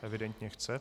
Evidentně chce.